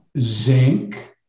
zinc